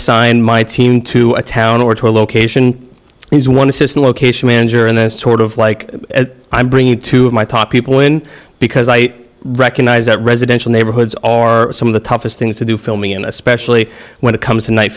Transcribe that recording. assigned my team to a town or to a location is one assistant location manager in a sort of like i'm bringing two of my top people in because i recognize that residential neighborhoods are some of the toughest things to do filming in especially when it comes to night